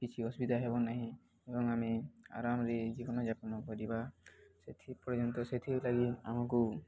କିଛି ଅସୁବିଧା ହେବ ନାହିଁ ଏବଂ ଆମେ ଆରାମରେ ଜୀବନ ଯାପନ କରିବା ସେଥି ପର୍ଯ୍ୟନ୍ତ ସେଥିରଲାଗି ଆମକୁ